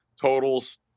totals